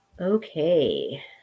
Okay